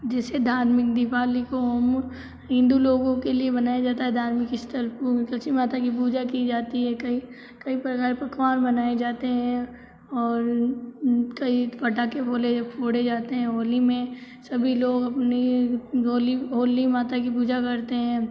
जैसे धार्मिक दिवाली हो हिन्दू लोगों के लिए मनाए जाता है धार्मिक स्तर तुलसी माता की पूजा की जाती है कई कई प्रकार के पकवान बनाए जाते हैं और कई पटाखे फोड़े जाते है होली में सभी लोग अपनी होली होली माता कि पूजा करते हैं